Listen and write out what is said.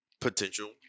potential